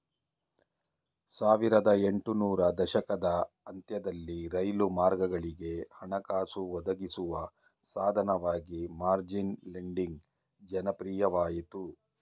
ಸಾವಿರದ ಎಂಟು ನೂರು ದಶಕದ ಅಂತ್ಯದಲ್ಲಿ ರೈಲು ಮಾರ್ಗಗಳಿಗೆ ಹಣಕಾಸು ಒದಗಿಸುವ ಸಾಧನವಾಗಿ ಮಾರ್ಜಿನ್ ಲೆಂಡಿಂಗ್ ಜನಪ್ರಿಯವಾಯಿತು